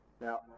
Now